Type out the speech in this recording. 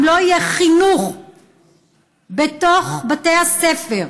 אם לא יהיה חינוך בבתי הספר,